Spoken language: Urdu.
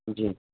جی